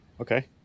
Okay